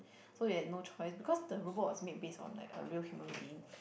so they have no choice because the robot was made based on like a real human being